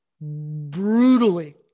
brutally